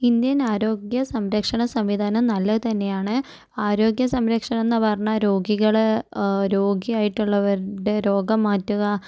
Indian ആരോഗ്യസംരക്ഷണ സംവിധാനം നല്ലത് തന്നെയാണ് ആരോഗ്യസംരക്ഷണമെന്ന് പറഞ്ഞ രോഗികള് രോഗിയായിട്ടുള്ളവരുടെ രോഗം മാറ്റുക